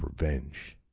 revenge